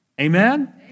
Amen